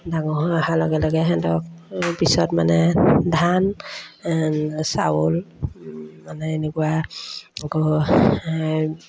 ডাঙৰ হৈ অহাৰ লগে লগে সিহঁতক পিছত মানে ধান চাউল মানে এনেকুৱা আকৌ